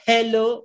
Hello